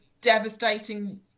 devastating